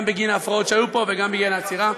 גם בגין ההפרעות שהיו פה וגם בגלל העצירה.